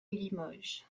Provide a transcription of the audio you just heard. limoges